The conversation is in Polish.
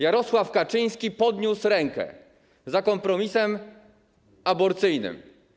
Jarosław Kaczyński podniósł rękę za kompromisem aborcyjnym.